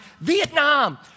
Vietnam